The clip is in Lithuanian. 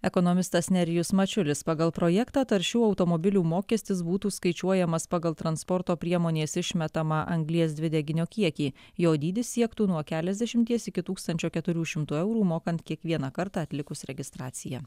ekonomistas nerijus mačiulis pagal projektą taršių automobilių mokestis būtų skaičiuojamas pagal transporto priemonės išmetamą anglies dvideginio kiekį jo dydis siektų nuo keliasdešimties iki tūkstančio keturių šimtų eurų mokant kiekvieną kartą atlikus registraciją